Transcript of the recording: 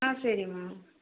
ஆ சரிமா